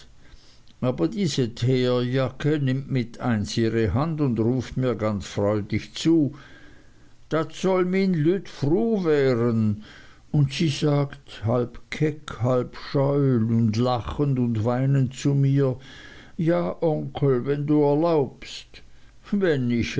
aber diese teerjacke nimmt mit eins ihre hand und ruft mir ganz freudig zu dat soll mien lütt fru weren und sie sagt halb keck halb scheu und lachend und weinend zu mir ja onkel wenn du erlaubst wenn ich